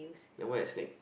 then why a snake